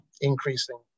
increasing